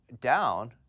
down